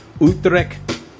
Utrecht